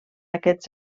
aquests